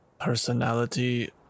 personality